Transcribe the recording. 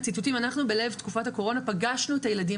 בלב תקופת הקורונה פגשנו את הילדים